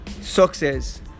success